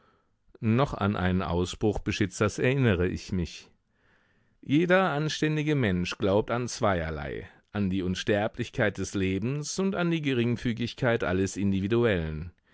noch an einen ausspruch beschitzers erinnere ich mich jeder anständige mensch glaubt an zweierlei an die unsterblichkeit des lebens und an die geringfügigkeit alles individuellen